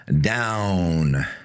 down